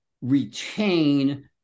retain